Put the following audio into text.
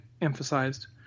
emphasized